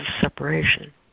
separation